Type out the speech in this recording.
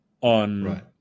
on